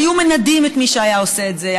היו מנדים את מי שהיה עושה את זה.